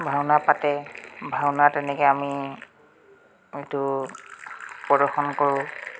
ভাওনা পাতে ভাওনা তেনেকৈ আমি এইটো প্ৰদৰ্শন কৰোঁ